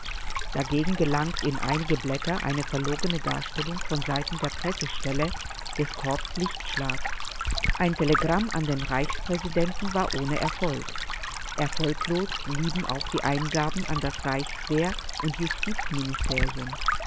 dagegen gelangt in einige blätter eine verlogene darstellung von seiten der pressestelle des korps lichtschlag ein telegramm an den reichspräsidenten war ohne erfolg erfolglos blieben auch eingaben an das reichswehr und justizministerium